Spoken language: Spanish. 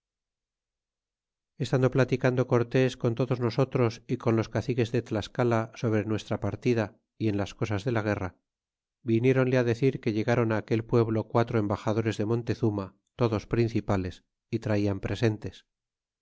estando platicando cortés con todos nosotros y con los caciques de tlascala sobre nuestra partida y en las cosas de la guerra viniéronle decir que llegaron aquel pueblo quatro embaxadores de montezuma todos principales y traian presentes